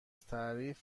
تعریف